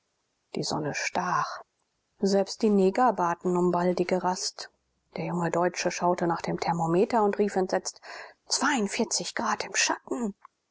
die sonne stach selbst die neger baten um baldige rast der junge deutsche schaute nach dem thermometer und rief entsetzt grad im schatten